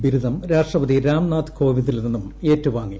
ബിരുദം രാഷ്ട്രപതി രാംനാഥ് കോവിന്ദിൽ നിന്നും ഏറ്റുവാങ്ങി